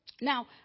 Now